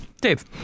Dave